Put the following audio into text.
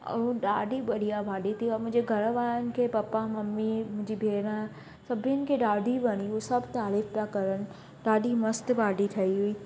ऐं ॾाढी बढ़िया भाॼी ठही ऐं मुंहिंजा घर वारनि खे पपा ममी मुंहिंजी भेण सभिनि खे ॾाढी वणी हूअ सभु तारीफ़ पिया करण ॾाढी मस्तु भाॼी ठही हुई